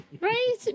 Right